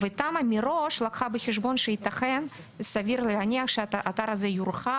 והתמ"א מראש לקחה בחשבון שהאתר הזה יורחב.